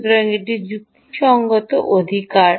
সুতরাং এটি যুক্তিসঙ্গত অধিকার